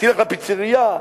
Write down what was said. תלך לפיצרייה,